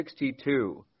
62